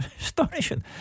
Astonishing